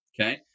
okay